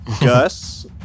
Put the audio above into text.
Gus